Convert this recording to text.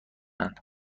اند